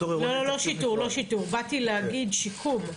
לא שיטור, באתי להגיד שיקום.